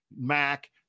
Mac